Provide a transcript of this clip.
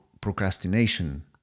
procrastination